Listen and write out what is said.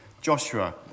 Joshua